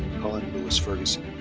cullen lewis ferguson.